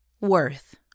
Worth